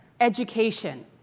education